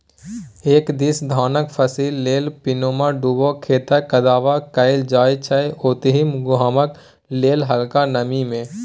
एक दिस धानक फसिल लेल पानिमे डुबा खेतक कदबा कएल जाइ छै ओतहि गहुँमक लेल हलका नमी मे